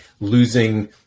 losing